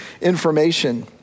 information